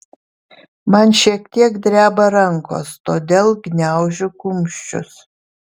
man šiek tiek dreba rankos todėl gniaužiu kumščius